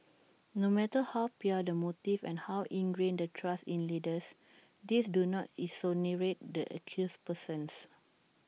no matter how pure the motives and how ingrained the trust in leaders these do not exonerate the accused persons